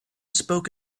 spoke